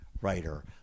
writer